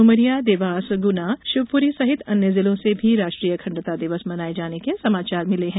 उमरिया देवास गुना शिवपुरी सहित अन्य जिलों से भी राष्ट्रीय अखण्डता दिवस मनाए जाने के समाचार मिले है